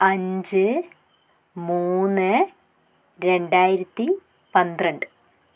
അഞ്ച് മൂന്ന് രണ്ടായിരത്തി പന്ത്രണ്ട്